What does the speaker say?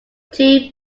too